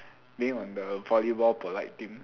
blaming on the volleyball polite team